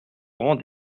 rang